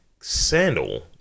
sandal